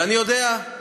ואני יודע,